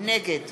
נגד